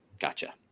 Gotcha